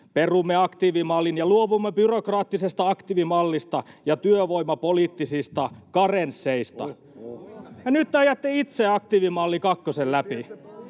perumme aktiivimallin ja luovumme byrokraattisesta aktiivimallista ja työvoimapoliittisista karensseista, [Perussuomalaisten